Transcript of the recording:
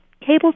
cable